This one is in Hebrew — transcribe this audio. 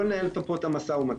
לא ננהל פה את המשא ומתן,